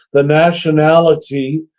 the nationality,